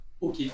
Ok